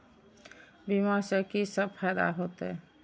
बीमा से की सब फायदा होते?